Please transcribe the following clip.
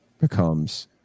becomes